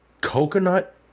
Coconut